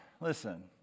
listen